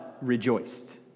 rejoiced